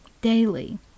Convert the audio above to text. daily